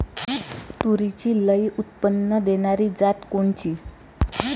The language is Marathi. तूरीची लई उत्पन्न देणारी जात कोनची?